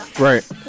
Right